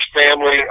family